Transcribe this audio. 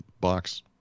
box